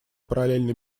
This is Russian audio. параллельное